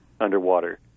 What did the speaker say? underwater